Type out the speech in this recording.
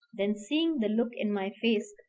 then seeing the look in my face,